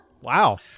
Wow